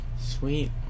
Sweet